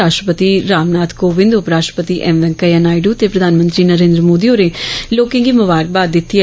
राष्ट्रपति रामनाथ कोबिंद उपराष्ट्रपति एम वैंकेईयां नायडू ते प्रधानमंत्री नरेन्द्र मोदी होरे लोके गी ममारखबाद दित्ती ऐ